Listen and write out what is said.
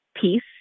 peace